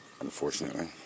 unfortunately